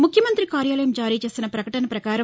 ముఖ్యమంత్రి కార్యాలయం జారీ చేసిన ప్రకటన ప్రకార